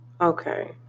Okay